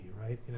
right